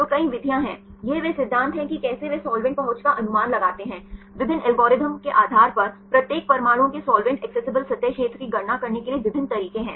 तो कई विधियाँ हैं यह वह सिद्धांत है कि कैसे वे साल्वेंट पहुंच का अनुमान लगाते हैं विभिन्न एल्गोरिदम के आधार पर प्रत्येक परमाणुओं के साल्वेंट एक्सेसिबल सतह क्षेत्र की गणना करने के लिए विभिन्न तरीके हैं